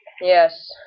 Yes